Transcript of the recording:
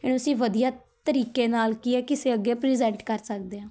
ਇਹਨੂੰ ਅਸੀਂ ਵਧੀਆ ਤਰੀਕੇ ਨਾਲ ਕੀ ਹੈ ਕਿਸੇ ਅੱਗੇ ਪ੍ਰੀਜੈਂਟ ਕਰ ਸਕਦੇ ਹਾਂ